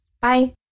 Bye